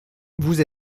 vous